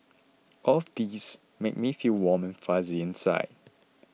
all of these make me feel warm and fuzzy inside